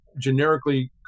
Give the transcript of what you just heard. generically